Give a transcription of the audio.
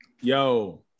Yo